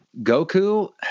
Goku